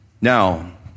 Now